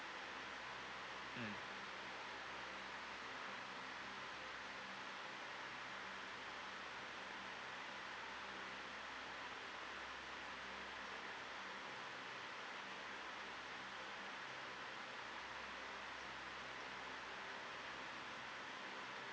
mm